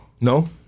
No